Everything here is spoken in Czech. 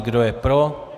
Kdo je pro?